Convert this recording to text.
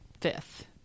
fifth